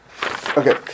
Okay